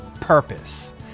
purpose